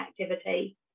activity